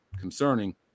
concerning